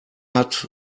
hat